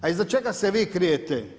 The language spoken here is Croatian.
A iza čega se vi krijete?